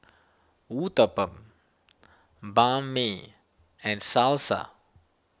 Uthapam Banh Mi and Salsa